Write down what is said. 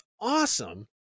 awesome